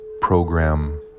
Program